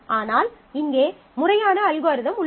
ஆனால் இங்கே முறையான அல்காரிதம் உள்ளது